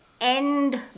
end